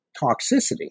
toxicity